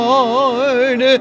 Lord